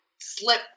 slip